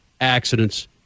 accidents